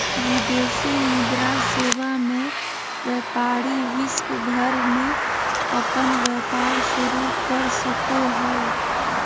विदेशी मुद्रा सेवा मे व्यपारी विश्व भर मे अपन व्यपार शुरू कर सको हय